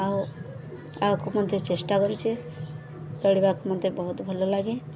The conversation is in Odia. ଆଉ ଆଗକୁ ମଧ୍ୟ ଚେଷ୍ଟା କରୁଛି ପଢ଼ିବାକୁ ମୋତେ ବହୁତ ଭଲ ଲାଗେ